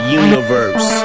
universe